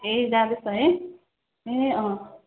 ए जाँदैछ है ए अँ